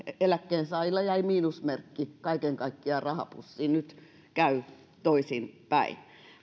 eläkkeensaajille jäi miinusmerkki kaiken kaikkiaan rahapussiin nyt käy toisinpäin